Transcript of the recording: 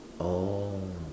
oh